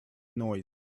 noise